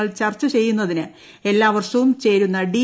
വിഷയങ്ങൾ ചർച്ച ചെയ്യുന്നതിന് എല്ലാ വർഷവും ചേരുന്ന ഡി